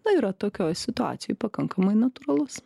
na yra tokioj situacijoj pakankamai natūralus